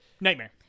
nightmare